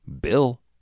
Bill